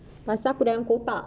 masa aku dalam kotak